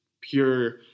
pure